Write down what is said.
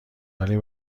ولی